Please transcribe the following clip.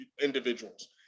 individuals